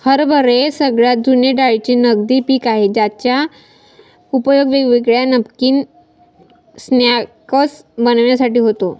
हरभरे सगळ्यात जुने डाळींचे नगदी पिक आहे ज्याचा उपयोग वेगवेगळे नमकीन स्नाय्क्स बनविण्यासाठी होतो